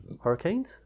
Hurricanes